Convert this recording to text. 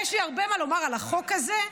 יש לי הרבה מה לומר על החוק הזה,